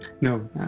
No